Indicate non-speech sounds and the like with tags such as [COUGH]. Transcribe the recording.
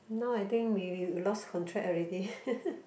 now I think we we lost contact already [LAUGHS]